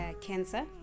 cancer